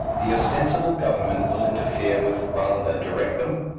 the ostensible government will interfere with rather than direct them,